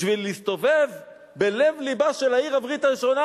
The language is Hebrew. בשביל להסתובב בלב לבה של העיר העברית הראשונה?